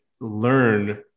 learn